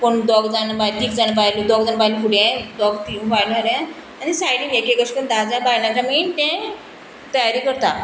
कोण दोग जाण बायल तीग जाण बायल दोग जाण बायल फुडें दोग तीग बायल घाल आनी सायडीन एक एक अशें करून धा जाल्यार बायलांचे आमी तें तयारी करता